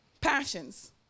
passions